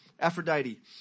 Aphrodite